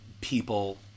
people